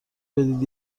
بدید